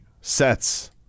sets